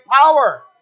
power